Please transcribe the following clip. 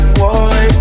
boy